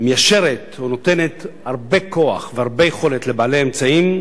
מיישרת או נותנת הרבה כוח והרבה יכולת לבעלי אמצעים,